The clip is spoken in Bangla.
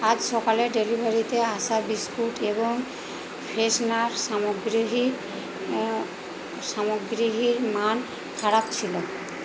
আজ সকালে ডেলিভারিতে আসা বিস্কুট এবং ফ্রেশনার সামগ্রীর সামগ্রীর মান খারাপ ছিল